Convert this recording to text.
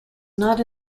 not